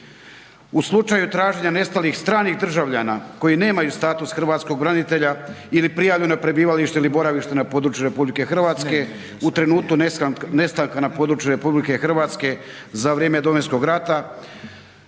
U slučaju traženja nestalih stranih državljana koji nemaju status Hrvatskog branitelja ili prijavljeno prebivalište ili boravište na području RH u trenutku nestanka na području RH za vrijeme Domovinskog rata